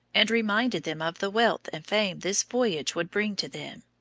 and reminded them of the wealth and fame this voyage would bring to them.